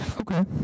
Okay